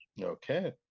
Okay